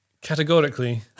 categorically